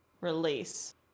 release